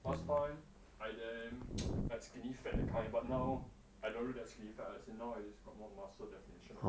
last time I damn like skinny fat that kind but now I don't look that skinny fat as in now I just got more muscle definition